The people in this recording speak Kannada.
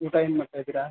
ಊಟ ಏನು ಮಾಡ್ತಾ ಇದ್ದೀರಾ